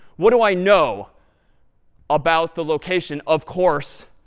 what do i know about the location, of course,